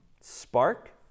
spark